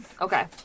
Okay